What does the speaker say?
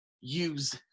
use